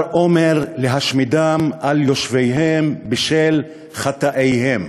אומר להשמידן על יושביהן בשל חטאיהם.